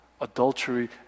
adultery